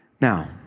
Now